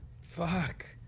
Fuck